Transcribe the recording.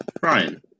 Brian